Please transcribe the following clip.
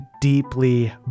deeply